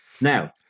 Now